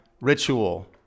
ritual